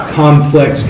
complex